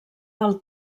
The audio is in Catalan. del